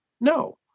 No